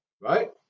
right